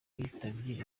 witabye